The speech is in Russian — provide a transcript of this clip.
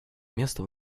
место